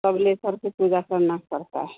सब ले करके पूजा करना पड़ता है